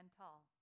tall